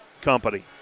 company